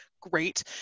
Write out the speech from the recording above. great